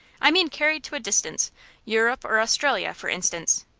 i mean carried to a distance europe or australia, for instance.